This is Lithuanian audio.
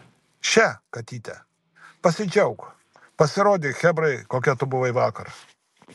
še katyte pasidžiauk pasirodyk chebrai kokia tu buvai vakar